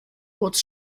boots